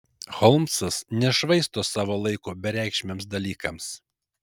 holmsas nešvaisto savo laiko bereikšmiams dalykams